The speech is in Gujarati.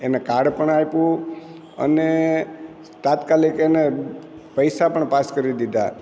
એને કાર્ડ પણ આપ્યું અને તાત્કાલિક એને પૈસા પણ પાસ કરી દીધા